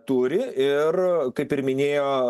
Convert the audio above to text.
turi ir kaip ir minėjo